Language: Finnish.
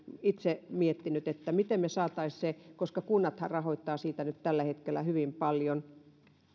itse miettinyt että miten me saisimme sen koska kunnathan rahoittavat siitä tällä hetkellä hyvin paljon